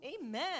Amen